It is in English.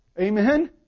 Amen